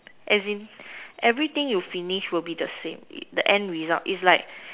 as in everything you finish will be the same the end result